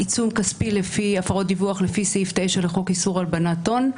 עיצום כספי לי הפרות דיווח לפי סעיף 9 לחוק איסור הלבנת הון,